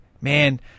man